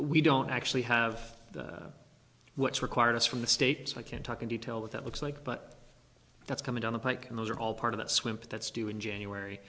we don't actually have what's required us from the state so i can't talk in detail what that looks like but that's coming down the pike and those are all part of the swim put that's due in january